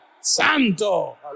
Santo